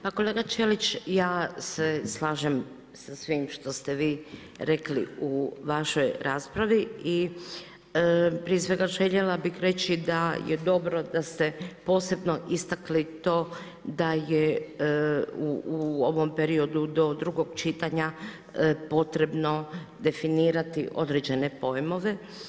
Pa kolega Ćelić, ja se slažem sa svime što ste vi rekli u vašoj raspravi i prije svega željela bih reći da je dobro da ste posebno istakli to da je u ovom periodu do drugog čitanja potrebno definirati određene pojmove.